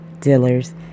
dealers